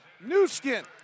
Newskin